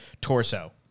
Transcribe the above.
torso